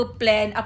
plan